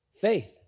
Faith